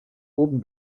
oben